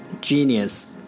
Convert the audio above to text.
genius